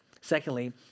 Secondly